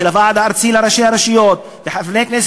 של הוועד הארצי של ראשי הרשויות המקומיות הערביות,